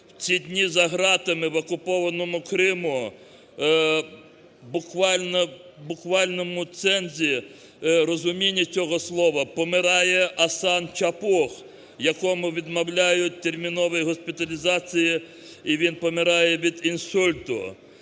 в ці дні за ґратами в окупованому Криму в буквальному цензі, розуміння цього слова помирає Асан Чапух, якому відмовляють в терміновій госпіталізації, і він помирає від інсульту.